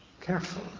careful